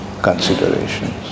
considerations